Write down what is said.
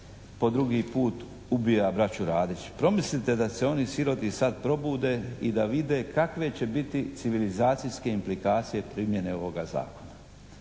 po drugi put ubija braću Radić. Promislite da se oni siroti sad probude i da vide kakve će biti civilizacijske implikacije primjene ovoga zakona.